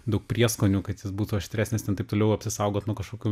daug prieskonių kad jis būtų aštresnis ten taip toliau apsisaugot nuo kažkokių